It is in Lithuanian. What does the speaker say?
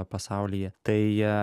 pasaulyje tai